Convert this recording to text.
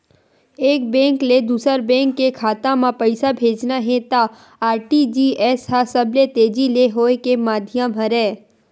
एक बेंक ले दूसर बेंक के खाता म पइसा भेजना हे त आर.टी.जी.एस ह सबले तेजी ले होए के माधियम हरय